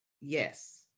Yes